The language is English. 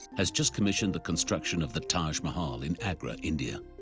has just commissioned the construction of the taj mahal in agra, india.